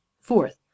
fourth